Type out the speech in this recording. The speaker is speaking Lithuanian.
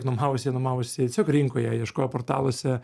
nuomavosi nuomavosi rinkoje ieškojo portaluose